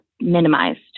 minimized